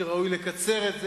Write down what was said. וראוי לקצר את זה.